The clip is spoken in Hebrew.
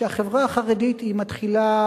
והחברה החרדית מתחילה,